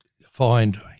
find